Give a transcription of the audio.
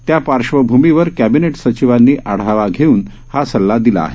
त्या पार्श्वभूमीवर क्वबिनेट सचिवांनी आढावा घेऊन हा सल्ला दिला आहे